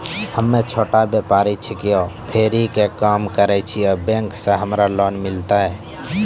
हम्मे छोटा व्यपारी छिकौं, फेरी के काम करे छियै, बैंक से हमरा लोन मिलतै?